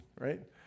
right